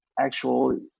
actual